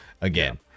again